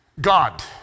God